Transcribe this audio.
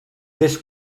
this